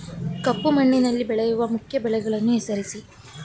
ಕಪ್ಪು ಮಣ್ಣಿನಲ್ಲಿ ಬೆಳೆಯುವ ಮುಖ್ಯ ಬೆಳೆಗಳನ್ನು ಹೆಸರಿಸಿ